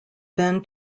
then